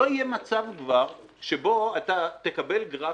לא יהיה מצב כבר שבו אתה תקבל גרף